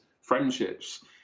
friendships